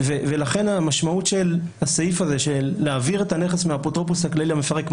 ולכן המשמעות של הסעיף הזה של להעביר את הנכס מהאפוטרופוס הכללי למפרק,